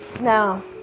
Now